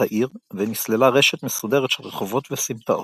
העיר ונסללה רשת מסודרת של רחובות וסמטאות.